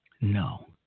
No